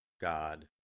God